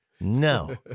no